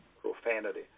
profanity